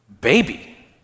baby